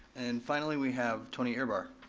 and finally we have tony erbar.